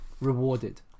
rewarded